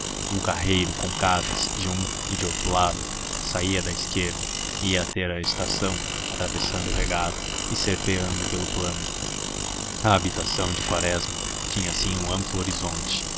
um carreiro com casas de um e de outro lado saía da esquerda e ia ter à estação atravessando o regato e serpeando pelo plaino a habitação de quaresma tinha assim um amplo horizonte